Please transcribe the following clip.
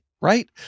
right